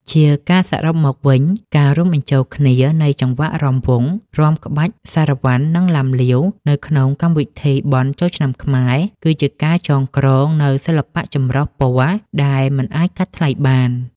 ជាការសរុបមកវិញ ការរួមបញ្ចូលគ្នានៃចង្វាក់រាំវង់ រាំក្បាច់ សារ៉ាវ៉ាន់ និងឡាំលាវ នៅក្នុងកម្មវិធីបុណ្យចូលឆ្នាំខ្មែរ គឺជាការចងក្រងនូវសិល្បៈចម្រុះពណ៌ដែលមិនអាចកាត់ថ្លៃបាន។